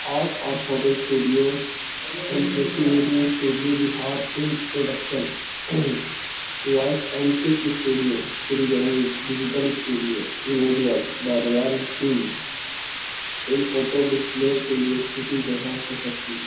art اور photo studio M K C wedding studio Bihar films production voice and pics studio Sriganj digital studio image webs the royal films in photo display کے لیے چھوٹی جگہ ہو سکتی ہے